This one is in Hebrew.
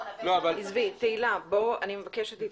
עזבי, תהלה, אני מבקשת להתקדם.